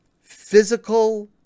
physical